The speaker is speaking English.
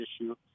issue